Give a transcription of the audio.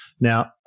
Now